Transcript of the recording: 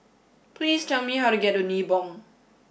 please tell me how to get to Nibong